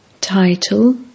Title